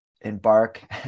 embark